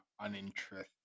uninterested